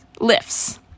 lifts